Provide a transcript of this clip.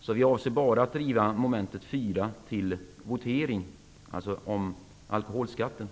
Jag avser alltså att driva bara mom. 4 om alkoholskatten till votering.